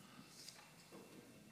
חוק חומרי נפץ (תיקון מס' 4,